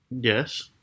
Yes